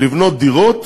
לבנות דירות,